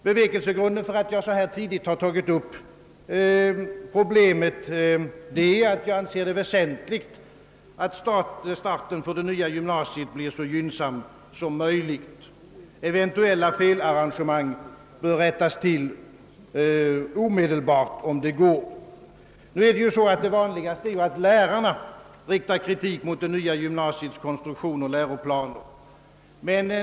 Bevekelsegrunden till att jag så här tidigt har tagit upp problemet är att jag anser det väsentligt att starten för det nya gymnasiet blir så gynnsam som möjlig. Eventuella felarrangemang bör rättas till omedelbart, om det går. Det vanligaste är ju att lärarna riktar kritik mot det nya gymnasiets konstruktion och läroplaner.